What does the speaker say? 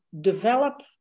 develop